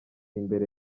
imbere